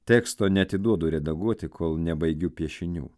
teksto neatiduodu redaguoti kol nebaigiu piešinių